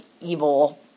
evil